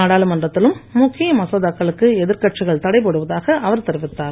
நாடாளுமன்றத்திலும் முக்கிய மசோதாக்களுக்கு எதிர்க்கட்சிகள் தடை போடுவதாக அவர் தெரிவித்தார்